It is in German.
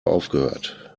aufgehört